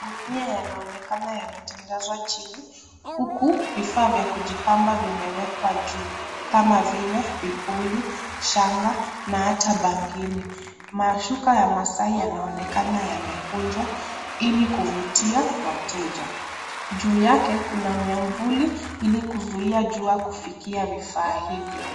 Gunia yanaonekana yametandazwa chini huku vifaa vya kujipamba vimewekwa juu kama vile vipuli, shanga na hata bangili. Mashuka ya maasai yanaonekana yamekunjwa ili kuvutia wateja. Juu yake kuna miavuli ili kuzuia jua kufikia vifaa hivyo.